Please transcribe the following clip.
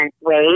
ways